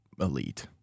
elite